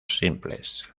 simples